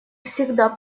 всегда